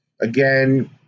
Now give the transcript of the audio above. again